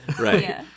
right